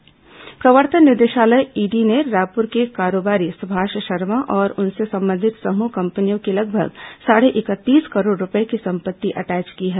ED कार्रवाई प्रवर्तन निदेशालय ईडी ने रायपुर के कारोबारी सुभाष शर्मा और उनसे संबंधित समूह कंपनियों की लगभग साढ़े इकतीस करोड़ रूपये की संपत्ति अटैच की है